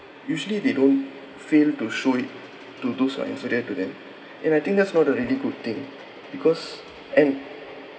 usually they don't fail to show it to those who are inferior to them and I think that's not a really good thing because and